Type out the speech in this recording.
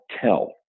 tell